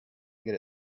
get